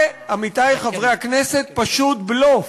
זה, עמיתי חברי הכנסת, פשוט בלוף,